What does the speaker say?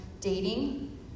dating